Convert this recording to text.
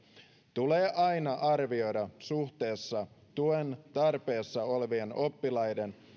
tulee aina arvioida suhteessa tuen tarpeessa olevien oppilaiden